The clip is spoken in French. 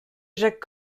jacques